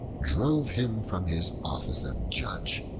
drove him from his office of judge,